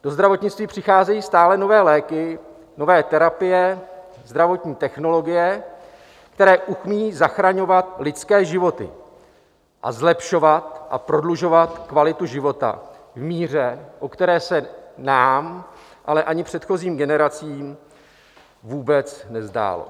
Do zdravotnictví přicházejí stále nové léky, nové terapie, zdravotní technologie, které umějí zachraňovat lidské životy a zlepšovat a prodlužovat kvalitu života v míře, o které se nám, ale ani předchozím generacím vůbec nezdálo.